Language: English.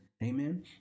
Amen